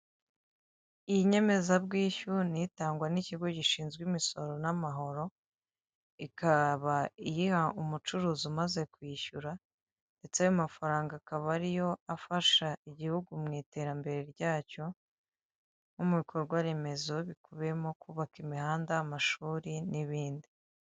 Iyi nyemezabwishyu ni itangwa n'ikigo gishinzwe imisoro n'amahoro, ikaba iyiha umucuruzi umaze kwishyura ndetse ayo mafaranga akaba ariyo afasha igihugu mu iterambere ryacyo nko mu bikorwa remezo bikubiyemo kubaka imihanda, amashuri n'ibindi.